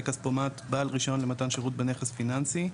כספומט בעל רישיון למתן שירות בנכס פיננסי,